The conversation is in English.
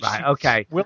Okay